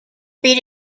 beat